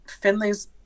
Finley's